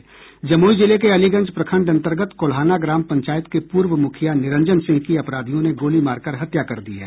जमुई जिले के अलीगंज प्रखंड अंतर्गत कोल्हाना ग्राम पंचायत के पूर्व मुखिया निरंजन सिंह की अपराधियों ने गोली मारकर हत्या कर दी है